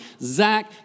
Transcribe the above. Zach